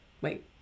Wait